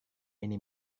ini